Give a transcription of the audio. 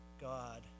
God